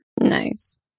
Nice